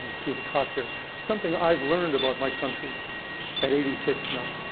see the clock here something i've learned about my country at eighty six now,